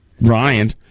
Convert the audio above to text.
Ryan